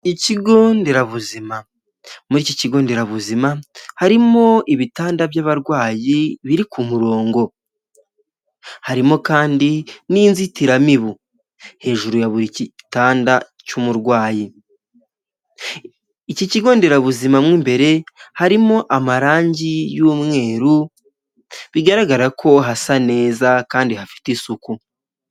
Ikigo nderabuzima, muri iki kigo nderabuzima harimo ibitanda by'abarwayi biri ku murongo, harimo kandi n'inzitiramibu hejuru ya buri gitanda cy'umurwayi, ikigo nderabuzima, imbere harimo amarangi y'umweru bigaragara ko hasa neza kandi hafite isuku.